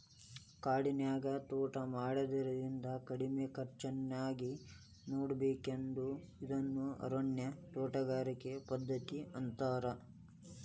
ಕಾಡಿನ್ಯಾಗ ತೋಟಾ ಮಾಡೋದ್ರಿಂದ ಕಡಿಮಿ ಖರ್ಚಾನ್ಯಾಗ ನೋಡ್ಕೋಬೋದು ಇದನ್ನ ಅರಣ್ಯ ತೋಟಗಾರಿಕೆ ಪದ್ಧತಿ ಅಂತಾರ